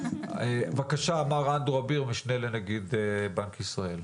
בבקשה מר אנדרו אביר, משנה לנגיד בנק ישראל.